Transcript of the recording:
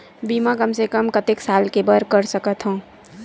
बीमा कम से कम कतेक साल के बर कर सकत हव?